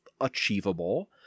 achievable